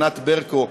ענת ברקו,